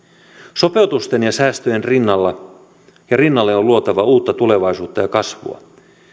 sopeutusten ja säästöjen rinnalle on luotava uutta tulevaisuutta ja kasvua